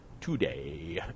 today